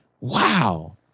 Wow